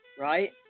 right